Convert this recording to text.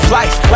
life